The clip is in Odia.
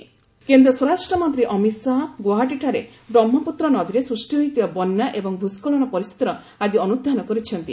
ଅମିତ ଶାହା ଗୌହାଟୀ କେନ୍ଦ୍ର ସ୍ୱରାଷ୍ଟ୍ରମନ୍ତ୍ରୀ ଅମିତ ଶାହା ଗୌହାଟୀଠାରେ ବ୍ରହ୍ମପୁତ୍ର ନଦୀରେ ସୃଷ୍ଟି ହୋଇଥିବା ବନ୍ୟା ଏବଂ ଭ୍ରସ୍କଳନ ପରିସ୍ଥିତିର ଆଜି ଅନୁଧ୍ୟାନ କରିଛନ୍ତି